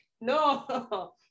No